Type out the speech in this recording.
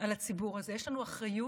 על הציבור הזה, יש לנו אחריות